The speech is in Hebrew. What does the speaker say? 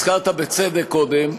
הזכרת בצדק קודם,